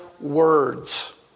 words